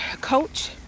coach